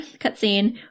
cutscene